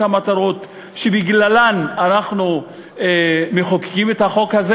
המטרות שבגללן אנחנו מחוקקים את החוק הזה?